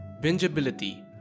bingeability